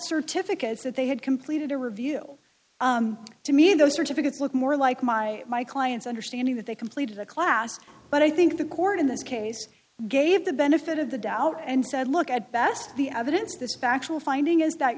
certificates that they had completed a review to me those certificates look more like my my client's understanding that they completed the class but i think the court in this case gave the benefit of the doubt and said look at best the evidence this factual finding is that